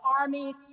army